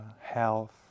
health